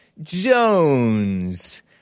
Jones